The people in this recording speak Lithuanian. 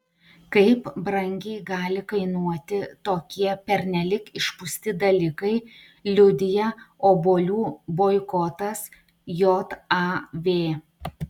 kaip brangiai gali kainuoti tokie pernelyg išpūsti dalykai liudija obuolių boikotas jav